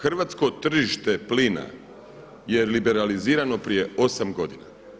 Hrvatsko tržište plina je liberalizirano prije 8 godina.